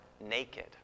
naked